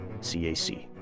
CAC